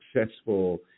successful